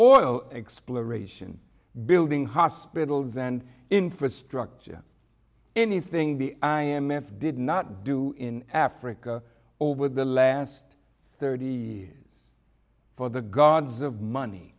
oil exploration building hospitals and infrastructure anything the i m f did not do in africa over the last thirty four the gods of money